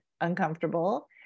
uncomfortable